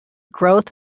growth